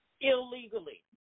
illegally